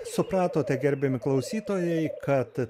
supratote gerbiami klausytojai kad